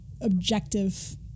objective